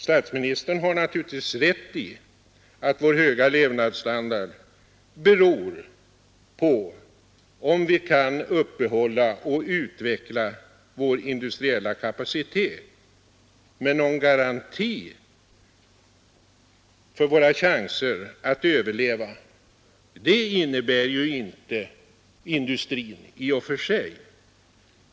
Statsministern har naturligtvis rätt i att vår höga levnadsstandard beror på om vi kan upprätthålla och utveckla vår industriella kapacitet, men någon garanti för våra chanser att överleva innebär inte industrin i och för sig.